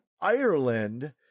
Ireland